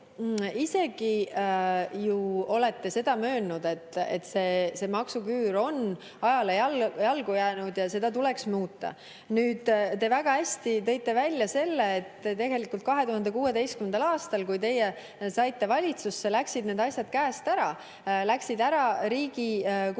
isegi ju olete seda möönnud, et see maksuküür on ajale jalgu jäänud ja seda tuleks muuta. Te väga hästi tõite välja selle, et tegelikult 2016. aastal, kui teie saite valitsusse, läksid need asjad käest ära. Läksid [käest] ära riigi kulutused